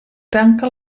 tanca